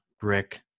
brick